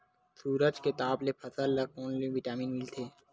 सूरज के ताप ले फसल ल कोन ले विटामिन मिल थे?